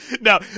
now